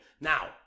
now